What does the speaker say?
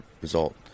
result